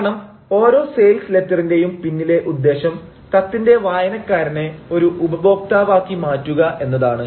കാരണം ഓരോ സെയിൽസ് ലെറ്ററിന്റെയും പിന്നിലെ ഉദ്ദേശം കത്തിന്റെ വായനക്കാരനെ ഒരു ഉപഭോക്താവാക്കി മാറ്റുക എന്നതാണ്